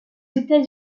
états